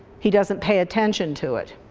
he doesn't pay attention to it.